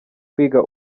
kwiga